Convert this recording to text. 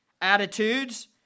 attitudes